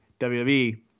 WWE